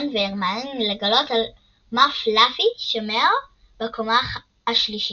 רון והרמיוני לגלות על מה פלאפי שומר בקומה השלישית.